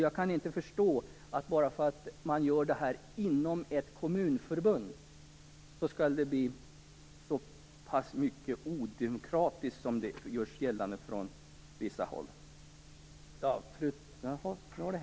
Jag kan inte förstå att det bara därför att man gör det inom ett kommunförbund skall bli så pass odemokratiskt som görs gällande från vissa håll. Herr talman!